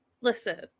listen